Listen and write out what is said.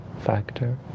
factor